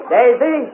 Daisy